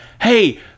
Hey